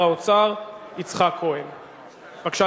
בבקשה,